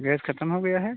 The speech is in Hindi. गैस ख़त्म हो गया है